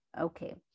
okay